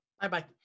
Bye-bye